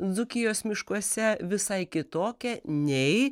dzūkijos miškuose visai kitokia nei